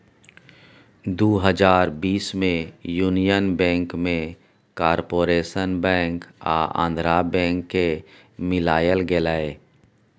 दु हजार बीस मे युनियन बैंक मे कारपोरेशन बैंक आ आंध्रा बैंक केँ मिलाएल गेलै